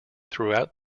throughout